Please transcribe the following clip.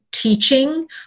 Teaching